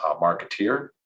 marketeer